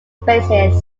bases